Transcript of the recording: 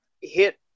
hit